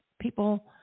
people